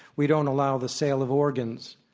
we don't allow the sale of organs.